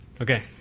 Okay